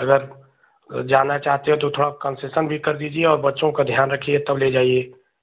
अगर जाना चाहते हैं तो थोड़ा कंसेसन भी कर दीजिए और बच्चों का ध्यान रखिए तब ले जाइए